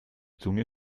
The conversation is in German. zunge